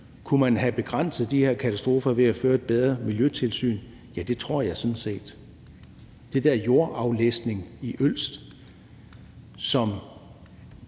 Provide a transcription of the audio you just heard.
Kunne man have begrænset de her katastrofer ved at føre et bedre miljøtilsyn? Ja, det tror jeg sådan set. Den der jordaflæsning i Ølst, som